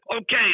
okay